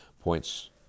points